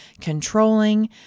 controlling